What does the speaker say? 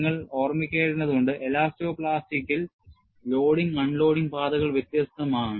നിങ്ങൾ ഓർമ്മിക്കേണ്ടതുണ്ട് എലാസ്റ്റോ പ്ലാസ്റ്റിക്കിൽ ലോഡിംഗ് അൺലോഡിംഗ് പാതകൾ വ്യത്യസ്തമാണ്